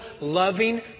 loving